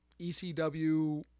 ECW